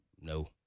No